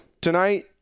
Tonight